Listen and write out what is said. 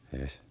Yes